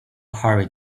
hurry